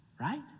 Right